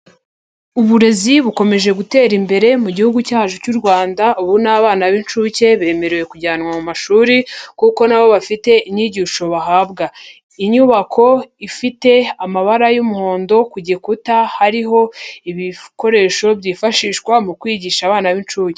Uburezi bukomeje gutera imbere mu gihugu cyacu cy'u Rwanda, ubu n'abana b'inshuke bemerewe kujyanwa mu mashuri kuko na bo bafite inyigisho bahabwa. Inyubako ifite amabara y'umuhondo, ku gikuta hariho ibikoresho byifashishwa mu kwigisha abana b'inshuke.